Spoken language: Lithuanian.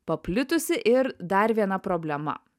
paplitusi ir dar viena problema